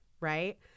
right